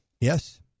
Yes